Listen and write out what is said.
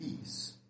peace